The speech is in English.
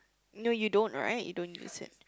no you don't right you don't use it